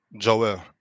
joel